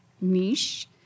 niche